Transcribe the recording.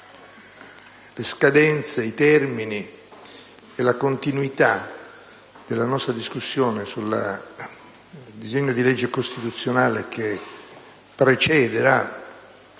le scadenze, i termini e la continuità della nostra discussione sul disegno di legge costituzionale che precederà